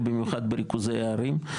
במיוחד בריכוזי הערים.